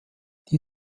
die